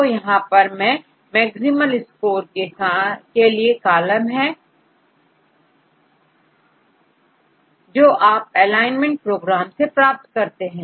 तो यहां पर मैं मैक्सिमल स्कोर के लिए कॉलम है जो आप एलाइनमेंट प्रोग्राम से प्राप्त करते हैं